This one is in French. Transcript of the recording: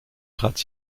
gratte